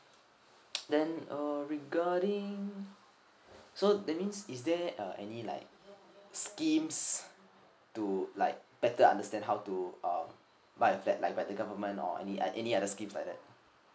then uh regarding so that means is there uh any like schemes to like better understand how to uh buy a flat like by the government or any uh any other schemes like that